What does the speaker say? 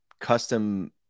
custom